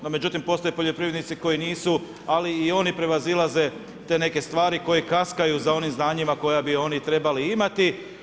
No međutim, postoje poljoprivrednici koji nisu, ali i oni prevazilaze te neke stvari koje kaskaju za onim znanjima koja bi oni trebali imati.